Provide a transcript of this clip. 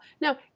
Now